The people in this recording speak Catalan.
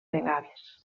vegades